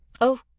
Oh